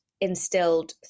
instilled